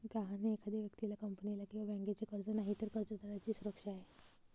गहाण हे एखाद्या व्यक्तीला, कंपनीला किंवा बँकेचे कर्ज नाही, तर कर्जदाराची सुरक्षा आहे